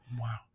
Wow